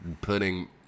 putting